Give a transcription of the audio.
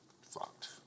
fucked